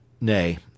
Nay